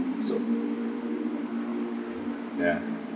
so ya